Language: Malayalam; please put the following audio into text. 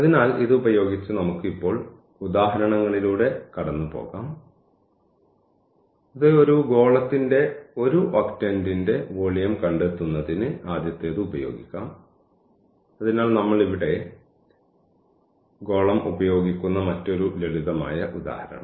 അതിനാൽ ഇതുപയോഗിച്ച് നമുക്ക് ഇപ്പോൾ ഉദാഹരണങ്ങളിലൂടെ കടന്നുപോകാം അത് ഒരു ഗോളത്തിന്റെ ഒരു ഒക്ടന്റിന്റെ വോളിയം കണ്ടെത്തുന്നതിന് ആദ്യത്തേത് ഉപയോഗിക്കാം അതിനാൽ നമ്മൾ ഇവിടെ ഗോളം ഉപയോഗിക്കുന്ന മറ്റൊരു ലളിതമായ ഉദാഹരണം